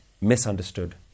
misunderstood